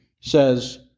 says